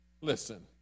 Listen